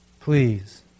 Please